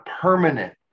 permanent